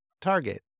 Target